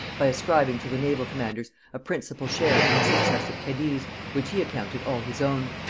by ascribing to the naval commanders a principal share in the success at cadiz, which he accounted all his own.